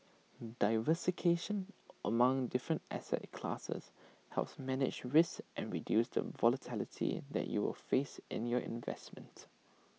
diversification among different asset classes helps manage risk and reduce the volatility that you will face in your investments